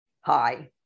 hi